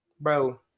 bro